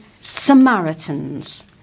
Samaritans